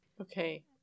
Okay